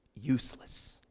useless